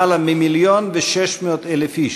יותר מ-1.6 מיליון איש,